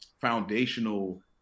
foundational